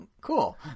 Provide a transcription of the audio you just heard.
cool